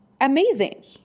Amazing